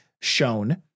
shown